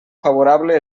favorable